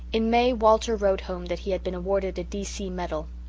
in may walter wrote home that he had been awarded a d c. medal.